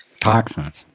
toxins